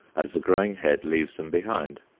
as the growing head leaves them behind.